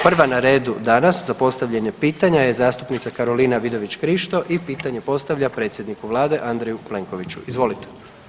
Prva na redu danas za postavljanje pitanja je zastupnica Karolina Vidović Krišto i pitanje postavlja predsjedniku Vlade Andreju Plenkoviću, izvolite.